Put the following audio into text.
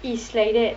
it's like that